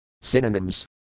Synonyms